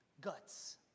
guts